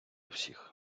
всіх